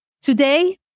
Today